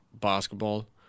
basketball